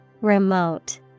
Remote